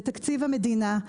בתקציב המדינה,